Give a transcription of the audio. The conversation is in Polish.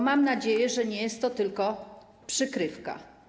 Mam nadzieję, że nie jest to tylko przykrywka.